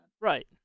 Right